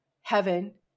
heaven